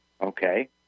okay